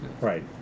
Right